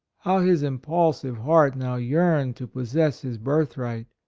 how his impulsive heart now yearned to possess his birth-right,